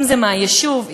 אם מהיישוב,